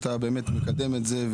שאתה מקדם את זה.